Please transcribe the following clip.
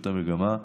להתפשטותה המגמה.